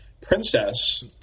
Princess